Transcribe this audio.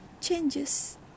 Changes